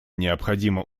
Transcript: необходимо